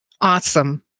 Awesome